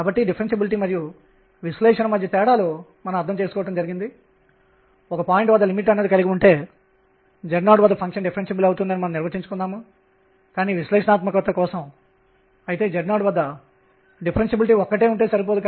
కాబట్టి Lnϕh2 వస్తుంది లేదా n కి సమానం ఇది బోర్ కండిషన్ మాదిరిగా ఉంటుంది